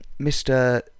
Mr